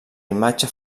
imatge